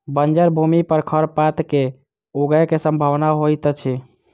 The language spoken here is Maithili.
बंजर भूमि पर खरपात के ऊगय के सम्भावना होइतअछि